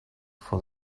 for